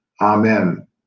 amen